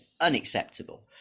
unacceptable